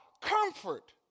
comfort